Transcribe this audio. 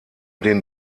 den